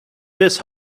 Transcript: this